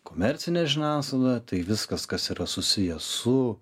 komercinė žiniasklaidą tai viskas kas yra susiję su